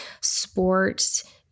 sports